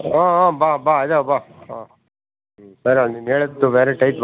ಹ್ಞೂ ಹ್ಞೂ ಬಾ ಬಾ ಇದಾವೆ ಬಾ ಹಾಂ ನೀನು ಹೇಳಿದ್ದು ಬೇರೆ ಟೈಪ್